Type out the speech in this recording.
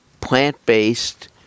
plant-based